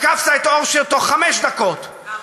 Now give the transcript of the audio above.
תקפת את אורשר תוך חמש דקות, נכון.